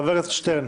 חבר הכנסת שטרן.